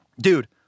dude